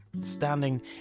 Standing